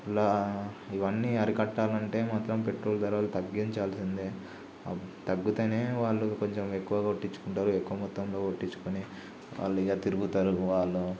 ఇలా ఇవన్నీ అరికట్టాలంటే మాత్రం పెట్రోల్ ధరలు తగ్గించాల్సిందే ఆ తగ్గుతనే వాళ్ళు కొంచెం ఎక్కువ కొట్టిచ్చుకుంటరు ఎక్కువ మొత్తంలో కొట్టిచ్చుకుని వాళ్ళు ఇలా తిరుగుతారు వాళ్ళు